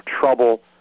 trouble